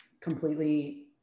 completely